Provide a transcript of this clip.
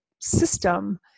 system